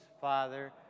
Father